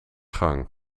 gang